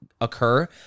occur